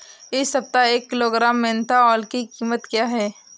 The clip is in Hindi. इस सप्ताह एक किलोग्राम मेन्था ऑइल की कीमत क्या है?